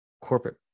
corporate